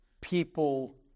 people